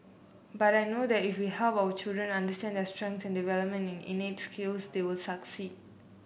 but I know that if we help our children understand their strengths and development in innate skills they will succeed